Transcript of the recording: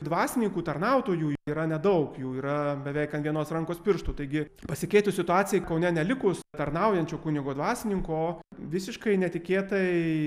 dvasininkų tarnautojų yra nedaug jų yra beveik ant vienos rankos pirštų taigi pasikeitus situacijai kaune nelikus tarnaujančio kunigo dvasininko visiškai netikėtai